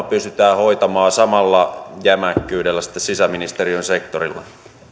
pystytään hoitamaan samalla jämäkkyydellä sitten sisäministeriön sektorilla